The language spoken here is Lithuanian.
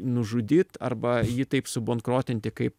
nužudyt arba jį taip subankrotinti kaip